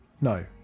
No